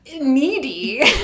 needy